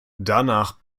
danach